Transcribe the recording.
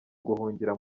guhungira